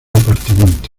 departamento